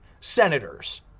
senators